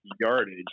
yardage